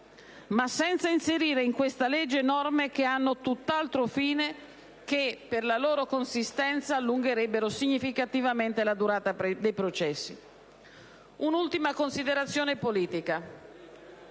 ma senza inserire in questo disegno di legge norme che hanno tutt'altro fine e che per la loro consistenza allungherebbero significativamente la durata dei processi. Un'ultima considerazione politica: